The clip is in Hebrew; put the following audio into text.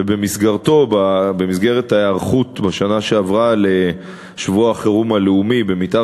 ובמסגרת ההיערכות בשנה שעברה לשבוע החירום הלאומי במתאר